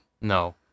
No